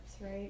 right